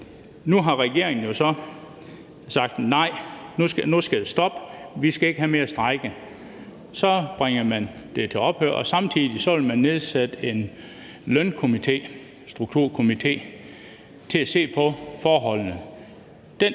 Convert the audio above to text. nu har regeringen jo så sagt: Nej, nu skal det stoppe; vi skal ikke have mere strejke. Så bringer man det til ophør og samtidig vil man nedsætte en lønkomité, en lønstrukturkomité, til at se på forholdene.